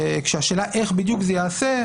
כשהשאלה איך בדיוק זה ייעשה,